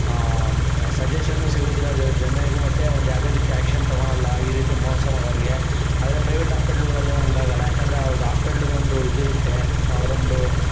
suggestion ಸಿಗುವುದಿಲ್ಲ ಜನರಿಗೆ ಮತ್ತೆ ಒಂದು ಯಾವುದೇ ರೀತಿ ಆ್ಯಕ್ಷನ್ ತಗೋಳಲ್ಲ ಈ ರೀತಿ ಮೋಸ ಮಾಡೋರಿಗೆ ಆದರೆ ಪ್ರೈವೇಟ್ ಹಾಸ್ಪಿಟ್ಲುಗಳಲ್ಲಿ ಹಾಗಾಗಲ್ಲ ಏಕೆಂದ್ರೆ ಅವರದು ಹಾಸ್ಪಿಟ್ಲಿದ್ದು ಒಂದು ಇದಿರುತ್ತೆ ಅವ್ರೊಂದು